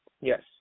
Yes